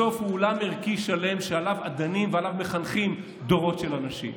בסוף היא עולם ערכי שלם שעליו אדנים ועליו מחנכים דורות של אנשים.